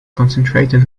concentrated